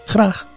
Graag